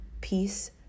peace